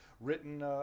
written